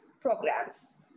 programs